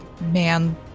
man